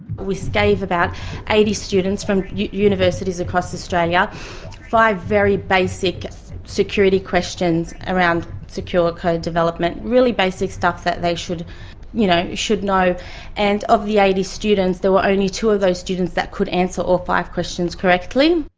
we gave about eighty students from universities across australia five very basic security questions around secure code development, really basic stuff that they should you know should know. and of the eighty students, there were only two of those students that could answer all five questions correctly.